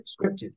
scripted